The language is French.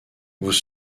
vous